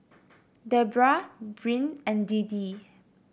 Debra Bryn and Deedee